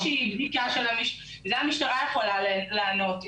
יש איזושהי בדיקה, המשטרה יכולה לענות.